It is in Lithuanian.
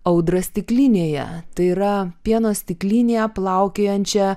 audra stiklinėje tai yra pieno stiklinėje plaukiojančią